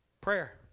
Prayer